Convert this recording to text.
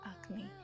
acne